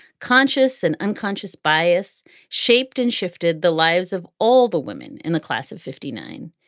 conscious and unconscious, bias shaped and shifted the lives of all the women in the class of fifty nine.